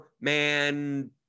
man